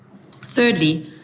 Thirdly